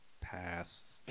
Pass